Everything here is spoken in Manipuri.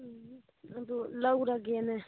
ꯎꯝ ꯑꯗꯣ ꯂꯧꯔꯒꯦꯅꯦ